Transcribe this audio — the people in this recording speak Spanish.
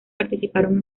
participaron